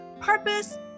purpose